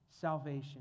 salvation